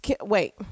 Wait